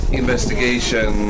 investigation